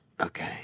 Okay